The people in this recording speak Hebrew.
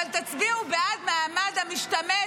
אבל תצביעו בעד מעמד המשתמט,